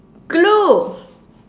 glue